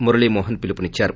మురళీ మోహన్ పిలుపునిచ్చారు